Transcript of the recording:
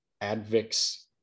Advics